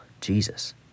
Jesus